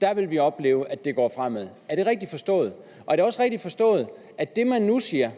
2012 vil vi opleve, at det går fremad? Er det rigtigt forstået? Og er det også rigtigt forstået, at det, man nu siger,